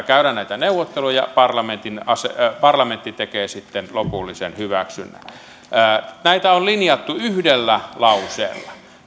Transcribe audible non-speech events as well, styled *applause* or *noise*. *unintelligible* käydä näitä neuvotteluja ja parlamentti tekee sitten lopullisen hyväksynnän näitä on linjattu yhdellä lauseella